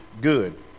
good